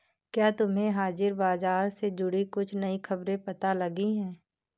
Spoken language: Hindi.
क्या तुम्हें हाजिर बाजार से जुड़ी कुछ नई खबरें पता लगी हैं?